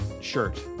shirt